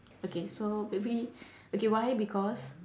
okay so maybe okay why because